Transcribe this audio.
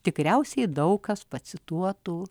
tikriausiai daug kas pacituotų